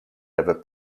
ever